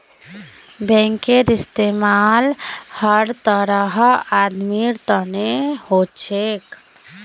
बैंकेर इस्तमाल हर तरहर आदमीर तने हो छेक